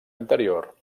anterior